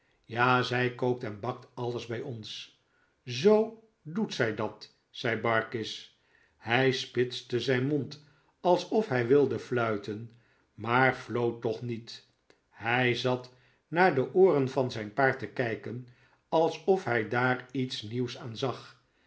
ja zij kookt en bakt alles bij ons zoo doet zij dat zei barkis hij spitste zijn mond alsof hij wilde fluiten maar floot toch niet hij zat naar de ooren van zijn paard te kijken alsof hij daar iets nieuws aan zag